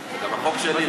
זה גם החוק שלי.